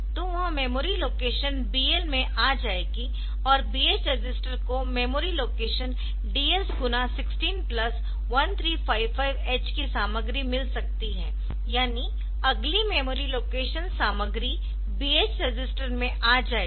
तो वह memory location सामग्री BL रजिस्टर में आ जाएगी और BH रजिस्टर को मेमोरी लोकेशनDS गुणा 16 प्लस 1355H की सामग्री मिल सकती है यानी अगली मेमोरी लोकेशन सामग्री BH रजिस्टर में आ जाएगी